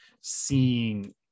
seeing